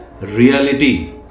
reality